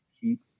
Keep